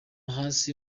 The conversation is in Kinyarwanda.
hasi